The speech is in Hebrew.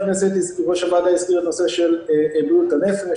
ראש הוועדה הזכיר את נושא בריאות הנפש